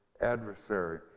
adversary